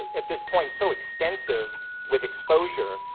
at this point, so extensive with exposure,